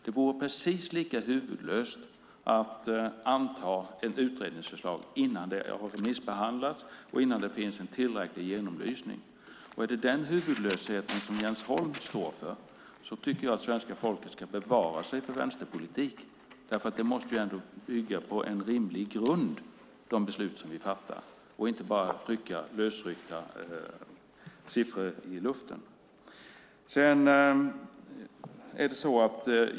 Det vore huvudlöst att anta ett utredningsförslag innan det har remissbehandlats och innan det finns en tillräcklig genomlysning. Är det den huvudlösheten som Jens Holm står för tycker jag att svenska folket ska bevara sig för vänsterpolitik, för de beslut vi fattar måste ändå bygga på en rimlig grund och inte bara på lösryckta siffror i luften.